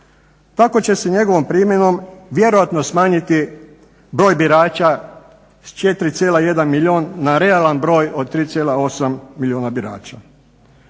Tako će se njegovom primjenom vjerojatno smanjiti broj birača s 4,1 milijun na realan broj od 3,8 milijuna birača.